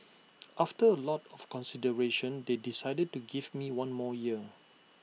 after A lot of consideration they decided to give me one more year